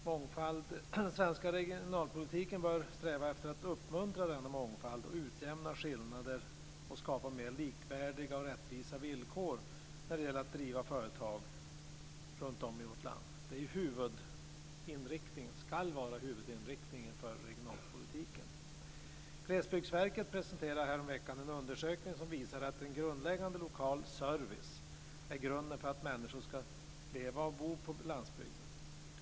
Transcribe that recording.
Den svenska regionalpolitiken bör sträva efter att uppmuntra denna mångfald, utjämna skillnader och skapa mer likvärdiga och rättvisa villkor när det gäller att driva företag runtom i vårt land. Det ska vara huvudinriktningen för regionalpolitiken. Glesbygdsverket presenterade häromveckan en undersökning som visade att en grundläggande lokal service är grunden för att människor ska leva och bo på landsbygden.